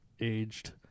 aged